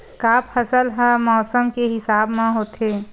का फसल ह मौसम के हिसाब म होथे?